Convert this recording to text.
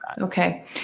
okay